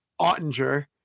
Ottinger